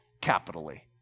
capitally